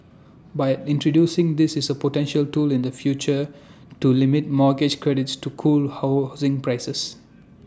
but introducing this is A potential tool in the future to limit mortgage credits to cool housing prices